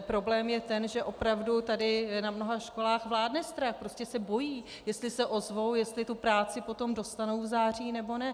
Problém je ten, že opravdu tady na mnoha školách vládne strach, prostě se bojí, jestli se ozvou, jestli tu práci potom dostanou, nebo ne.